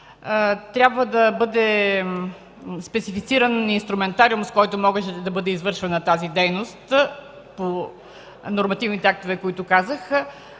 трябва да бъде специфициран инструментариум, с който може да бъде извършвана тази дейност по нормативните актове, за които казах.